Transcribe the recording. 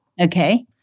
Okay